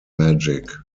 magic